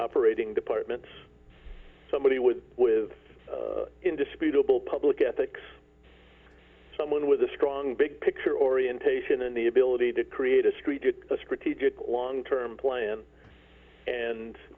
operating departments somebody with with indisputable public ethics someone with a strong big picture orientation and the ability to create a street a strategic long term plan and